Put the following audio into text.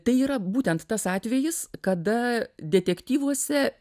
tai yra būtent tas atvejis kada detektyvuose